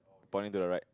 pointing to your right